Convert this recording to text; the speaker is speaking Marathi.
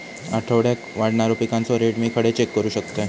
आठवड्याक वाढणारो पिकांचो रेट मी खडे चेक करू शकतय?